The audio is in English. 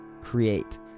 Create